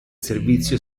servizio